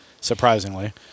surprisingly